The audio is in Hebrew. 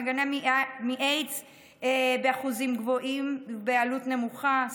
המגינה מאיידס באחוזים גבוהים ובעלות נמוכה,